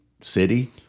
city